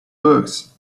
books